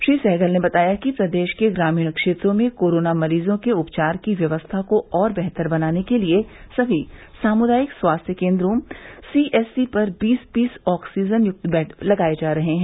श्री सहगल ने बताया कि प्रदेश के ग्रामीण क्षेत्रों में कोरोना मरीजों के उपचार की व्यवस्था को और बेहतर बनाने के लिये सभी सामुदायिक स्वास्थ्य केन्द्रों सीएचसी पर बीस बीस ऑक्सीजनयुक्त बेड लगाये जा रहे हैं